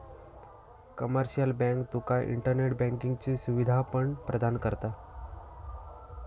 commercial bank तुका internet बँकिंगची सुवीधा पण प्रदान करता